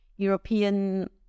European